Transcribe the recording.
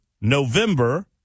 November